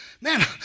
man